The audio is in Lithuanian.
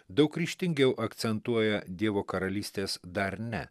daug ryžtingiau akcentuoja dievo karalystės dar ne